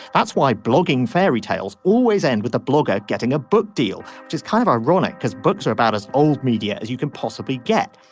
that's why blogging fairy tales always end with a blogger getting a book deal. just kind of ironic because books are about as old media as you can possibly get.